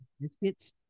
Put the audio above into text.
biscuits